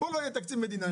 שלא יהיה תקציב מדינה,